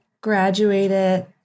Graduated